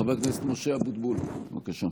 חבר הכנסת משה אבוטבול, בבקשה.